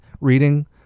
reading